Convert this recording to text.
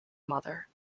mother